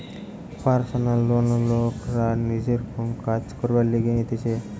personal loan লোকরা নিজের কোন কাজ করবার লিগে নিতেছে